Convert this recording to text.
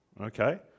Okay